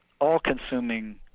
all-consuming